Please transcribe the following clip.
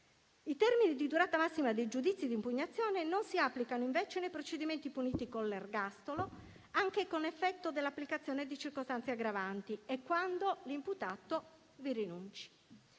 I termini di durata massima dei giudizi di impugnazione non si applicano invece nei procedimenti puniti con l'ergastolo, anche con effetto dell'applicazione di circostanze aggravanti e quando l'imputato vi rinunci.